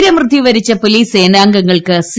വീരമൃത്യു വരിച്ച പോലീസ് സേനാംഗങ്ങൾക്ക് സി